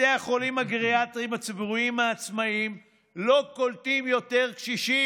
בתי החולים הגריאטריים הציבוריים העצמאיים לא קולטים יותר קשישים,